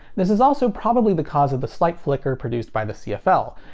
this is also probably the cause of the slight flicker produced by the cfl,